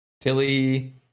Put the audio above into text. Tilly